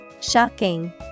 Shocking